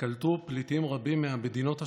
קלטו פליטים רבים מהמדינות השכנות.